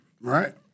Right